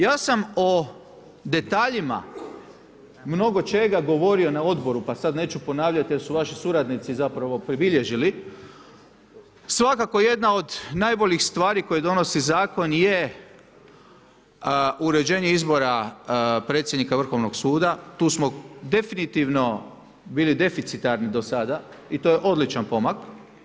Ja sam o detaljima mnogo čega govorio na odboru pa sad neću ponavljati, jer su vaši suradnici zapravo pribilježili, svako jedna od najboljih stvari, koje donosi zakon je uređenje izbora predsjednika Vrhovnog suda, tu smo definitivno bili deficitarni do sada i to je odličan pomak.